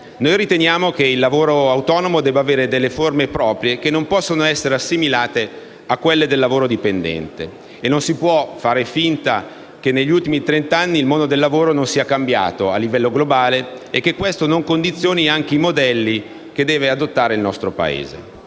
Noi riteniamo che il lavoro autonomo debba avere delle forme proprie che non possano essere assimilate a quelle del lavoro dipendente. Non si può, inoltre, far finta che negli ultimi trent’anni il mondo del lavoro non sia cambiato a livello globale e che ciò non condizioni anche i modelli da adottare nel nostro Paese.